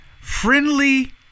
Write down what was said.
friendly